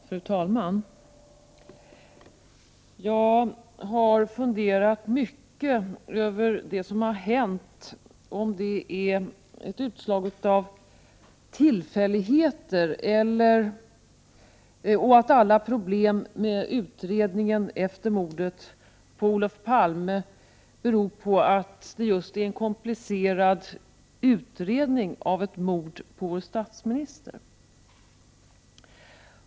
Fru talman! Jag har funderat mycket över det som har hänt, om det är tillfälligheter och om alla problem med utredningen efter mordet på Olof Palme beror på just detta att det är en komplicerad utredning av ett mord på vår statsminister.